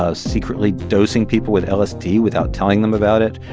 ah secretly dosing people with lsd without telling them about it.